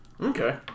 Okay